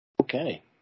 Okay